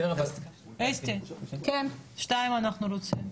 בסדר, אבל --- אסתי, שתיים אנחנו רוצים.